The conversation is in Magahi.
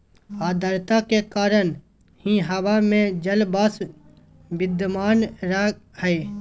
आद्रता के कारण ही हवा में जलवाष्प विद्यमान रह हई